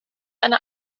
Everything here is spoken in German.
eine